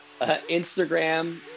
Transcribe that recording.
Instagram